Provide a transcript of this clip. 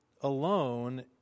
alone